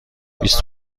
بیست